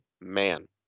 man